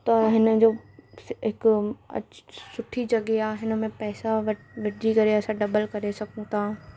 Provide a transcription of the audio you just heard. त हिन जो हिकु सुठी जॻहि आहे हिन में पैसा घटि गॾिजी करे असां डबल करे सघूं था